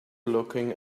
looking